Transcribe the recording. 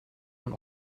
man